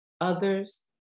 Others